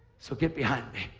so get behind me.